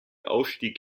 aufstieg